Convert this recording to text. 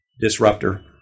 Disruptor